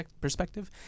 perspective